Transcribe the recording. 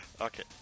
Okay